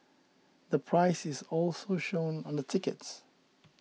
the price is also shown on the tickets